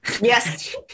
yes